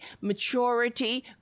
maturity